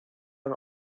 are